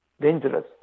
dangerous